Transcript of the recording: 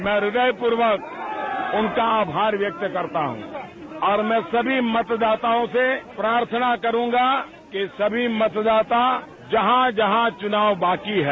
मैं हृदय प्रर्वक उनका आभार व्यक्ता करता हूँ और मैं सभी मतदाताओं से प्रार्थना करूंगा कि सभी मतदाता जहाँ जहाँ चुनाव बाकी हैं